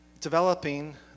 developing